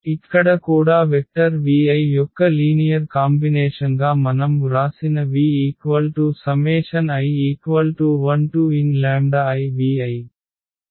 ఇక్కడ కూడా vector vi యొక్క లీనియర్ కాంబినేషన్గా మనం వ్రాసిన vi1nivi